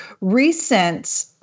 Recent